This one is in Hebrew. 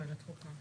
לוועדת חוקה.